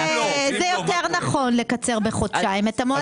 זה יותר נכון, לקצר בחודשיים את המועדים.